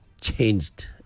changed